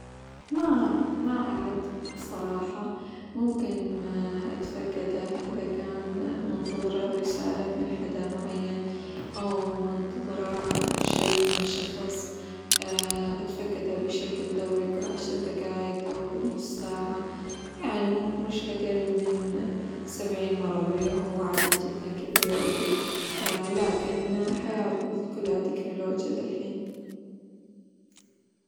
ما ما أعد بصراحة ممكن أتفقده إذا كان منتظرة رسالة من حدا معين، أو منتظرة شي من شخص ، أتفقده بشكل دوري كل عشر دقايق، أو كل نص ساعة، يعني -ممك- مش أقل من سبعين مرة باليوم، هو عدد جدًا كبير أدري، ولكن حياتنا كلها تكنولوجيا دا الحين.